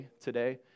today